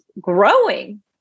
growing